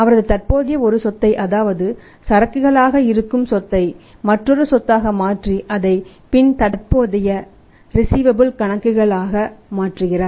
அவரது தற்போதைய ஒரு சொத்தை அதாவது சரக்குகள் ஆக இருக்கும் சொத்தை மற்றொரு சொத்தாக மாற்றி அதை பின் தற்போதைய ரிஸீவபல்ஸ் கணக்குகள் ஆக மாற்றுகிறார்